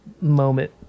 moment